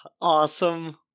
Awesome